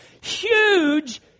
Huge